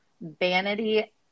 Vanity